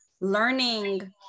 learning